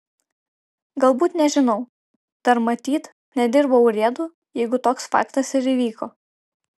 galbūt nežinau dar matyt nedirbau urėdu jeigu toks faktas ir įvyko